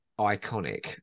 iconic